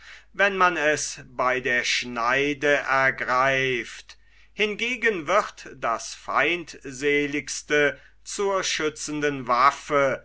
wenn man es bei der schneide ergreift hingegen wird das feindseligste zur schlitzenden waffe